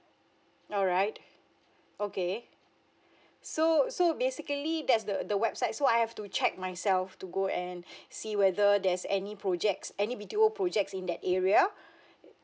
alright okay so so basically that's the the website so I have to check myself to go and see whether there's any projects any B_T_O projects in that area